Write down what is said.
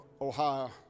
Ohio